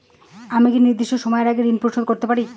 আমি কি নির্দিষ্ট সময়ের আগেই ঋন পরিশোধ করতে পারি?